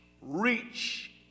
reach